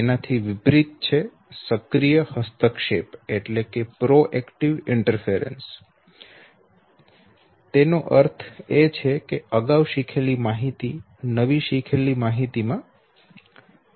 તેનાથી વિપરીત સક્રિય હસ્તક્ષેપ હશે સક્રિય હસ્તક્ષેપ નો અર્થ એ કે અગાઉ શીખેલી માહિતી નવી શીખેલી માહિતીમાં દખલ કરે છે